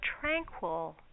tranquil